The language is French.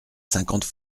cinquante